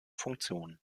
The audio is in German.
funktionen